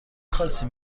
خاصی